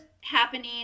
happening